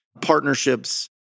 partnerships